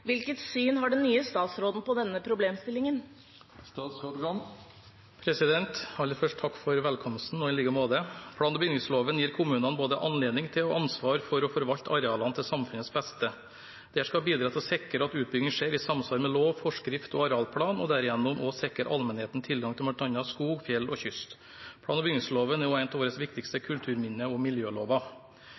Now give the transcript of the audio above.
Hvilket syn har den nye statsråden på denne problemstillingen?» Aller først: Takk for velkomsten, og i like måte. Plan- og bygningsloven gir kommunene både anledning til og ansvar for å forvalte arealene til samfunnets beste. Dette skal bidra til å sikre at utbygging skjer i samsvar med lov, forskrift og arealplan, og gjennom det også sikre allmennheten tilgang til bl.a. skog, fjell og kyst. Plan- og bygningsloven er også en av våre viktigste kulturminne- og miljølover.